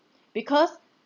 because